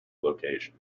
location